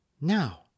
now